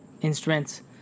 instruments